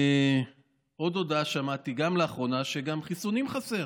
עוד הודעה שמעתי, גם לאחרונה, שגם חסרים חיסונים.